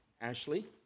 Ashley